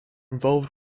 involved